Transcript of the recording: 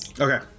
Okay